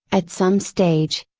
at some stage,